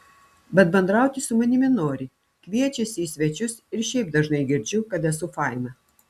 bet bendrauti su manimi nori kviečiasi į svečius ir šiaip dažnai girdžiu kad esu faina